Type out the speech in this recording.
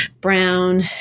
brown